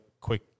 quick